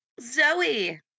Zoe